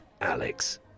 Alex